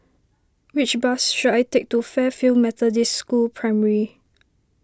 which bus should I take to Fairfield Methodist School Primary